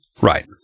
Right